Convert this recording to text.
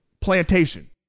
plantation